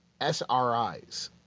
SRIs